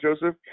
joseph